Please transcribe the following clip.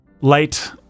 light